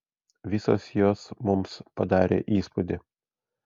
visos jos mums padarė įspūdį